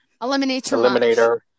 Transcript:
Eliminator